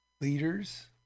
leaders